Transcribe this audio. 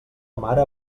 mare